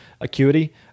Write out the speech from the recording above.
Acuity